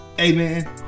amen